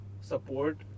support